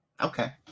Okay